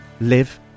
live